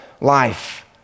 life